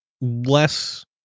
less